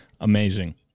Amazing